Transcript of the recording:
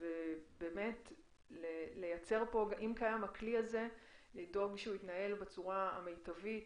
אם קיים הכלי הזה צריך לדאוג שהוא יתנהל בצורה המיטבית,